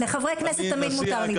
לחברי כנסת תמיד מותר להתפרץ.